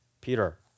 Peter